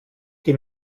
die